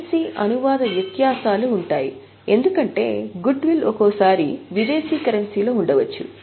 currency అనువాద వ్యత్యాసాలు ఉన్నాయి ఎందుకంటే గుడ్ విల్ ఒక్కోసారి విదేశీ కరెన్సీలో ఉండవచ్చు